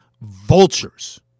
vultures